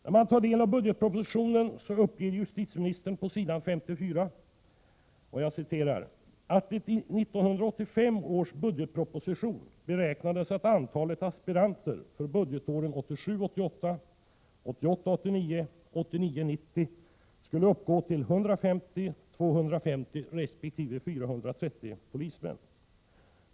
När man tar del av budgetpropositionen finner man att justitieministern på s. 54 uppger att det i 1985 års budgetproposition gjorts ”beräkningar som innebar att antagningen för budgetåren 1987 89 resp. 1989/90 skulle vara 150, 250 resp. 430 aspiranter”.